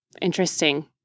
interesting